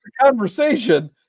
conversation